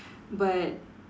but